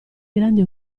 grandi